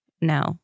No